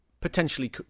potentially